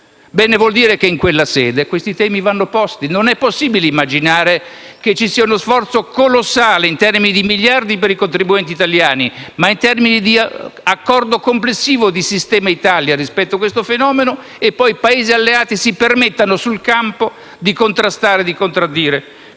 Ciò vuol dire che in quella sede questi temi vanno posti; non è possibile immaginare che si compia uno sforzo colossale, in termini di miliardi per i contribuenti italiani e in termini di accordo complessivo per il sistema italiano rispetto a questo fenomeno e poi i Paesi alleati si permettano sul campo di contrastare e contraddire